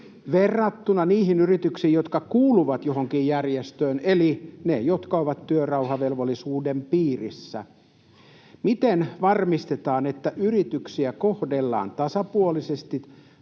verrattuna niihin yrityksiin, jotka kuuluvat johonkin järjestöön, eli niihin, jotka ovat työrauhavelvollisuuden piirissä. Miten varmistetaan, että yrityksiä kohdellaan tasapuolisesti